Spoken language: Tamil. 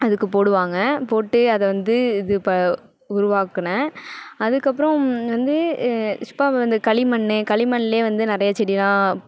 அதுக்கு போடுவாங்க போட்டு அதை வந்து இது உருவாக்குனேன் அதுக்கப்புறம் வந்து இந்த களிமண் களிமண்ணுலேயே வந்து நிறைய செடிலாம்